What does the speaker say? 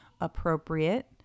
appropriate